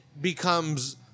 becomes